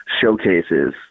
showcases